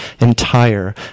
entire